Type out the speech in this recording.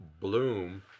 bloom